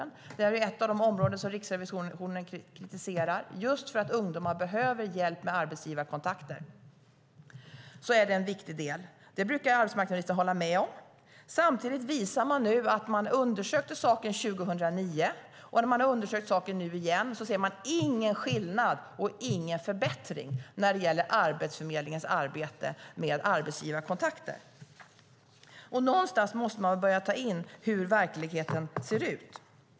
Detta är ett av de områden som Riksrevisionen kritiserar. Det är en viktig del, just för att ungdomar behöver hjälp med arbetsgivarkontakter. Det brukar arbetsmarknadsministern hålla med om. Samtidigt undersökte man saken 2009, och när man nu undersöker saken igen ser man ingen skillnad och ingen förbättring när det gäller Arbetsförmedlingens arbete med arbetsgivarkontakter. Någonstans måste man börja ta in hur verkligheten ser ut.